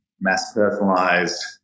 mass-personalized